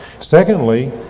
Secondly